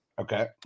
Okay